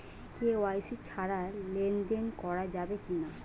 KYC ছাড়া লেনদেন করা যাবে কিনা?